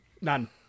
none